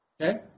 Okay